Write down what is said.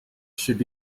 should